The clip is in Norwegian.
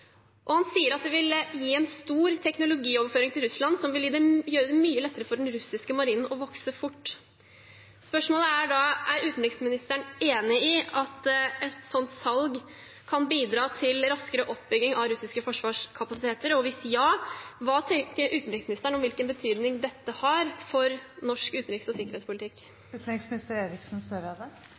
Han sier at det vil gi en stor teknologioverføring til Russland som vil gjøre det mye lettere for den russiske marinen å vokse fort. Spørsmålet er da: Er utenriksministeren enig i at et sånt salg kan bidra til raskere oppbygging av russiske forsvarskapasiteter? Hvis ja: Hva tenker utenriksministeren om hvilken betydning dette har for norsk utenriks- og sikkerhetspolitikk?